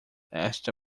esta